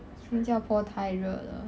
新加坡太热了